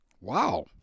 Wow